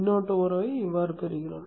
மின்னோட்ட உறவைப் பெறுகிறோம்